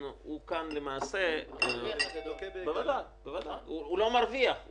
הוא מרוויח --- הוא לא מרוויח -- הוא מרוויח.